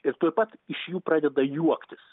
ir tuoj pat iš jų pradeda juoktis